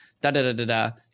Da-da-da-da-da